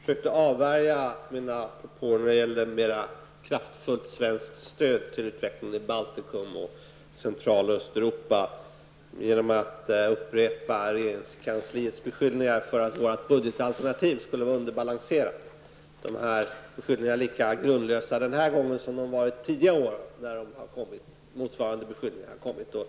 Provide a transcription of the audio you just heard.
försökte avvärja mina propåer om ett mer kraftfullt svenskt stöd till utvecklingen i Baltikum och i Central och Östeuropa genom att upprepa regeringskansliets beskyllningar att centerpartiets budgetalternativ skulle vara underbalanserat. Dessa beskyllningar är lika grundlösa den här gången som de har varit tidigare år när motsvarande beskyllningar har kommit.